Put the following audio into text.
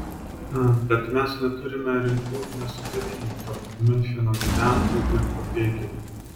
bet mes neturime rimtų nesutarimų tarp miuncheno gyventojų ir pabėgėlių